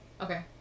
Okay